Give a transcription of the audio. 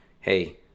hey